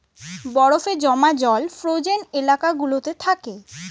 বরফে জমা জল ফ্রোজেন এলাকা গুলোতে থাকে